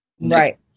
Right